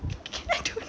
okay I don't know